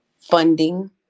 funding